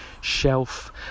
shelf